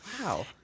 Wow